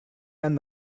and